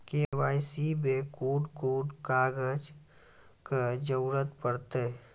KYC मे कून कून कागजक जरूरत परतै?